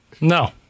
No